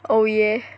oh yeah